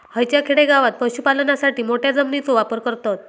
हयच्या खेडेगावात पशुपालनासाठी मोठ्या जमिनीचो वापर करतत